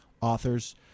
Authors